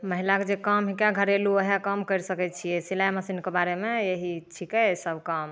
महिलाके जे काम हिकइ घरेलू ओएह काम करि सकय छियै सिलाइ मशीनके बारेमे एही छिकै सब काम